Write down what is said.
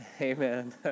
Amen